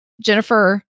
Jennifer